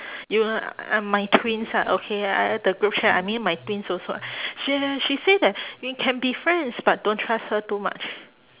you uh my twins ah okay ah the group chat I mean my twins also she uh she say that you can be friends but don't trust her too much